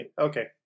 Okay